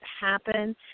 happen